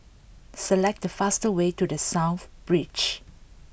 select the fastest way to The South Beach